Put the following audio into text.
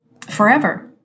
forever